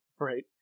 Right